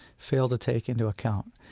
fail to take into account.